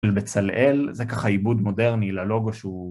לבצלאל זה ככה עיבוד מודרני ללוגו שהוא...